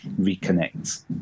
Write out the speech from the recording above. reconnect